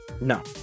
no